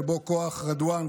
שבה כוח רדואן,